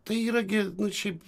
tai yra gi nu šiaip